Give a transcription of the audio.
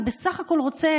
אני בסך הכול רוצה